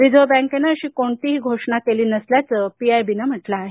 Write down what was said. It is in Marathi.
रिझर्व्ह बँकेनं अशी कोणतीही घोषणा केली नसल्याचं पीआयबीनं म्हटलं आहे